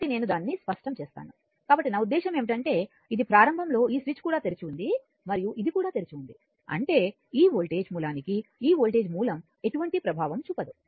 కాబట్టి నేను దానిని స్పష్టం చేస్తాను కాబట్టి నా ఉద్దేశ్యం ఏమిటంటే ఇది ప్రారంభంలో ఈ స్విచ్ కూడా తెరిచి ఉంది మరియు ఇది కూడా తెరిచి ఉంది అంటే ఈ వోల్టేజ్ మూలానికి ఈ వోల్టేజ్ మూలం ఎటువంటి ప్రభావం చూపదు